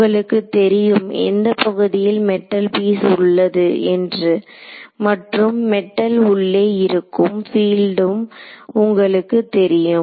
உங்களுக்கு தெரியும் எந்த பகுதியில் மெட்டல் பீஸ் உள்ளது என்று மற்றும் மெட்டல் உள்ளே இருக்கும் பீல்டும் உங்களுக்கு தெரியும்